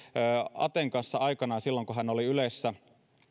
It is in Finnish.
aten kanssa aikoinaan silloin kun hän oli ylessä